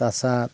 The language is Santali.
ᱛᱟᱥᱟᱫ